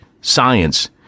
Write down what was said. science